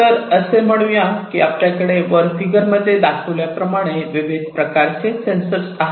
तर असे म्हणूया की आपल्याकडे वर फिगर मध्ये दाखविल्याप्रमाणे विविध प्रकारचे सेंसर आहेत